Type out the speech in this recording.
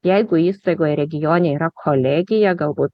jeigu įstaigoj regione yra kolegija galbūt